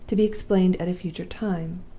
to be explained at a future time.